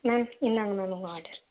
ma'am இந்தாங்க ma'am உங்கள் order